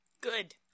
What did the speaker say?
Good